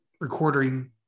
recording